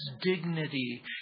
dignity